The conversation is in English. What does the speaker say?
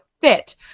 fit